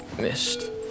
Missed